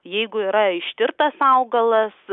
jeigu yra ištirtas augalas